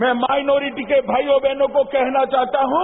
मैं माइनोरिटी के भाईयों और बहनों को कहना चाहता हूं